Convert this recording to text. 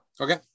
Okay